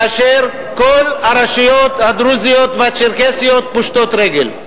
כאשר כל הרשויות הדרוזיות והצ'רקסיות פושטות רגל.